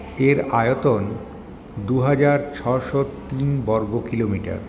এর আয়তন দুহাজার ছশো তিন বর্গ কিলোমিটার